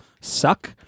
suck